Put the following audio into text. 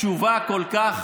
תשובה כל כך